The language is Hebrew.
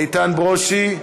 איתן ברושי,